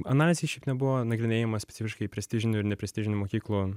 analizė šiaip nebuvo nagrinėjama specifiškai prestižinių ir neprestižinių mokyklų